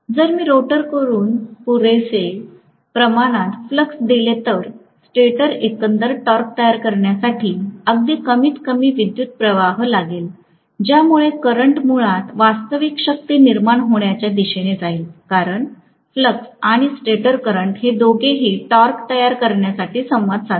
जर मी रोटरकडून पुरेसे प्रमाणात फ्लक्स दिले तर स्टेटर एकंदर टॉर्क तयार करण्यासाठी अगदी कमीतकमी विद्युतप्रवाह लागेल ज्यामुळे करंट मुळात वास्तविक शक्ती निर्माण होण्याच्या दिशेने जाईल कारण फ्लक्स आणि स्टेटर करंट हे दोघेही टॉर्क तयार करण्यासाठी संवाद साधतात